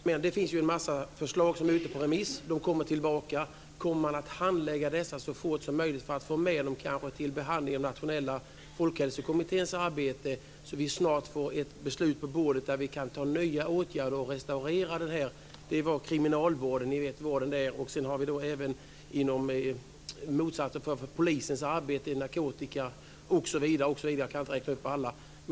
Fru talman! Det finns ju en massa förslag som är ute på remiss, och svaren kommer tillbaka. Kommer man att handlägga dessa så fort som möjligt för att få med dem i behandlingen av Nationella folkhälsokommitténs arbete, så att vi snart får ett förslag på bordet där vi kan besluta om nya åtgärder och restaurera detta? Det handlar om kriminalvården, polisens arbete med narkotika osv. Jag kan inte räkna upp allt.